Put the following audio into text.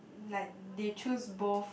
like they choose both